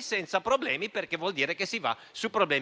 senza problemi, perché vuol dire che si va su problemi concreti.